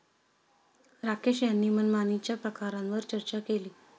राकेश यांनी मनमानीच्या प्रकारांवर चर्चा केली